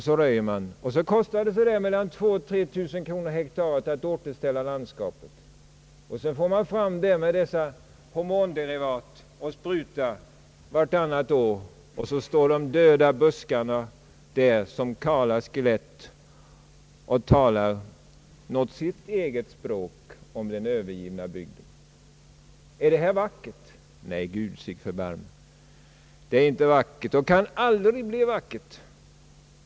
Så röjer man och det kostar mellan 2000 och 3000 kronor per hektar att återställa landskapet. Sedan får man begagna hormonderivat och spruta vartannat år. Så står de döda buskarna där som kala skelett och talar sitt eget språk om den övergivna bygden. Är det vackert? Nej, Gud sig förbarme. Det är aldrig vackert och kan aldrig bli vackert.